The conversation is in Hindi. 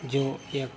जो एक